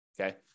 okay